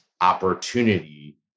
opportunity